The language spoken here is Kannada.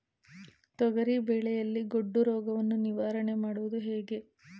ತೊಗರಿ ಬೆಳೆಯಲ್ಲಿ ಗೊಡ್ಡು ರೋಗವನ್ನು ನಿವಾರಣೆ ಮಾಡುವುದು ಹೇಗೆ?